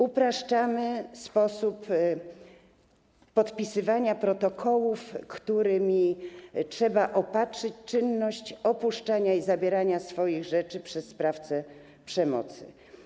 Upraszczamy sposób podpisywania protokołów, którymi trzeba opatrzyć czynność opuszczenia i zabrania swoich rzeczy przez sprawcę przemocy.